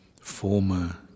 former